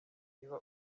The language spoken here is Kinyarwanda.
niba